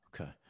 Okay